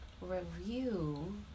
review